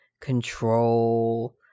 Control